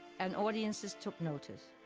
and audiences took notice.